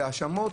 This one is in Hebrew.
בהאשמות